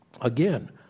Again